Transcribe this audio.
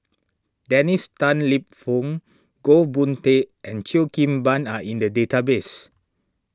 Dennis Tan Lip Fong Goh Boon Teck and Cheo Kim Ban are in the database